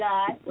God